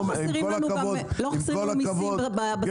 לא חסרים לנו מיסים בתחום.